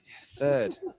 third